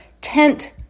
tent